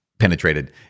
Penetrated